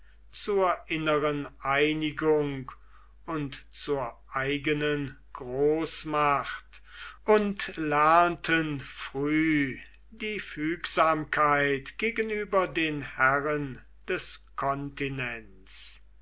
zur inneren einigung und zur eigenen großmacht und lernten früh die fügsamkeit gegenüber den herren des kontinents